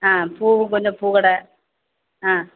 ஆ பூவும் கொஞ்சம் பூக்கடை ஆ